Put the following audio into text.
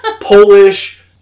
Polish